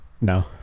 No